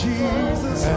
Jesus